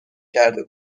کرده